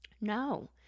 No